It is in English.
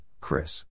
Chris